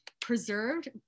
preserved